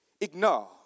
ignore